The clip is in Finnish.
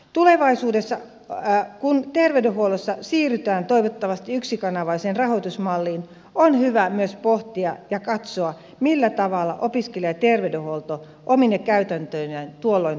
tulevaisuudessa kun terveydenhuollossa siirrytään toivottavasti yksikanavaiseen rahoitusmalliin on hyvä myös pohtia ja katsoa millä tavalla opiskelijaterveydenhuolto omine käytäntöineen tuolloin toteutetaan